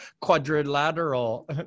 quadrilateral